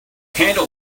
handle